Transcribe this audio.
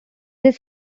work